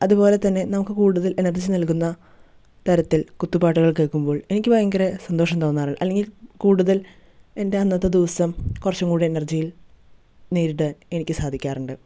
അതുപോലെതന്നെ നമുക്ക് കൂടുതൽ എനർജി നൽകുന്ന തരത്തിൽ കുത്തു പാട്ടുകൾ കേൾക്കുമ്പോൾ എനിക്ക് ഭയങ്കര സന്തോഷം തോന്നാറ് അല്ലെങ്കിൽ കൂടുതൽ എൻ്റെ അന്നത്തെ ദിവസം കുറച്ചും കൂടി എനർജിയിൽ നേരിടാൻ എനിക്ക് സാധിക്കാറുണ്ട്